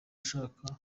ashaka